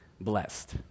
Blessed